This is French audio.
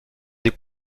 des